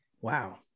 Wow